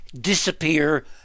disappear